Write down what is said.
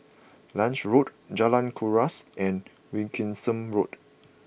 Lange Road Jalan Kuras and Wilkinson Road